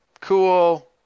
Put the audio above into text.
Cool